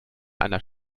einer